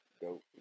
dope